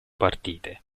partite